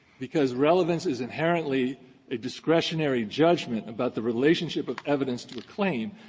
because relevance is inherently a discretionary judgment about the relationship of evidence to a claim.